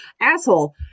asshole